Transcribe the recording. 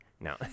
no